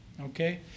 okay